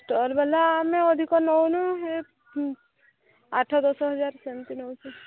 ଷ୍ଟଲ୍ବାଲା ଆମେ ଅଧିକ ନେଉନୁ ଆଠ ଦଶ ହଜାର ସେମିତି ନେଉଛୁ